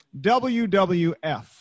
WWF